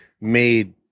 made